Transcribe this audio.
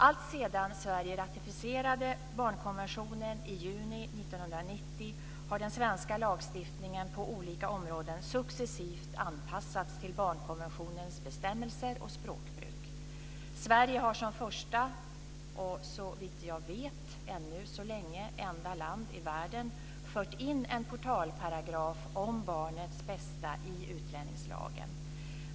Alltsedan Sverige ratificerade barnkonventionen i juni 1990 har den svenska lagstiftningen på olika områden successivt anpassats till barnkonventionens bestämmelser och språkbruk. Sverige har som första - och såvitt jag vet ännu så länge - enda land i världen fört in en portalparagraf om barnets bästa i utlänningslagen.